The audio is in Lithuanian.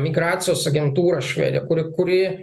migracijos agentūra švedijoje kuri kuri